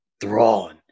Thrawn